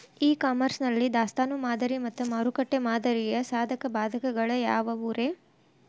E commerce ನಲ್ಲಿ ದಾಸ್ತಾನು ಮಾದರಿ ಮತ್ತ ಮಾರುಕಟ್ಟೆ ಮಾದರಿಯ ಸಾಧಕ ಬಾಧಕಗಳ ಯಾವವುರೇ?